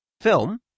film